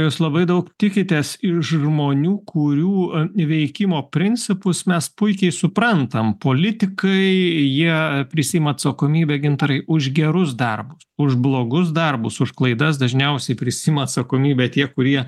jūs labai daug tikitės iš žmonių kurių veikimo principus mes puikiai suprantam politikai jie prisiima atsakomybę gintarai už gerus darbus už blogus darbus už klaidas dažniausiai prisiima atsakomybę tie kurie